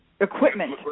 equipment